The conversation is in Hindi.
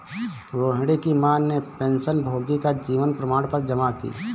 रोहिणी की माँ ने पेंशनभोगी का जीवन प्रमाण पत्र जमा की